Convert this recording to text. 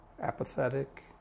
apathetic